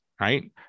Right